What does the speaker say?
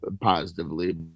positively